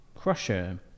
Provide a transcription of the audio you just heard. Crusher